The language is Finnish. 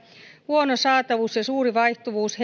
huono saatavuus ja suuri vaihtuvuus